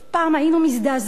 פעם היינו מזדעזעים.